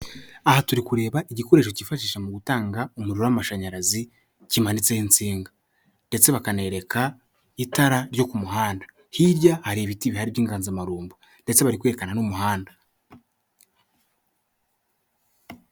Aha turi kureba igikoresho cyifashisha mu gutanga umuriro w'amashanyarazi kimanitseho insinga ndetse bakanereka itara ryo ku muhanda, hirya hari ibiti bihari by'inganzamarumbo, ndetse bari kwerekana n'umuhanda.